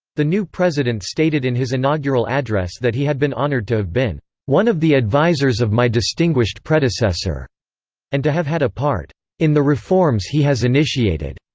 the new president stated in his inaugural address that he had been honored to have been one of the advisers of my distinguished predecessor and to have had a part in the reforms he has initiated.